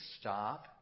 stop